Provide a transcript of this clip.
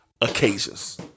occasions